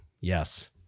Yes